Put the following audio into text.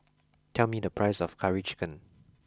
tell me the price of Curry Chicken